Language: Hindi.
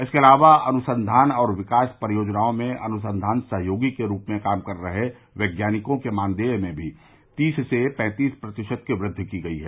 इसके अलावा अनुसंधान और विकास परियोजनाओं में अनुसंधान सहयोगी के रूप में काम कर रहे वैज्ञानिकों के मानदेय में भी तीस से पैंतीस प्रतिशत की वृद्वि की गई है